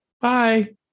Bye